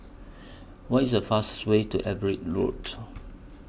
What IS The fastest Way to Everitt Road